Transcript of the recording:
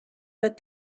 but